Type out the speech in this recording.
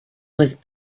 was